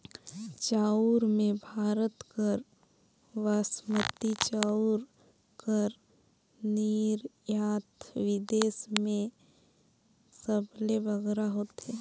चाँउर में भारत कर बासमती चाउर कर निरयात बिदेस में सबले बगरा होथे